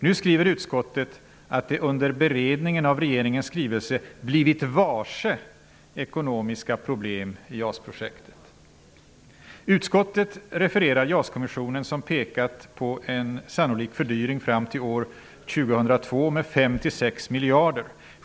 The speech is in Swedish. Nu skriver utskottet att det under beredningen av regeringens skrivelse ''blivit varse ekonomiska problem i JAS-projektet''. Utskottet refererar JAS-kommissionen, som pekat på en sannolik fördyring fram till år 2002 med 5--6 miljarder.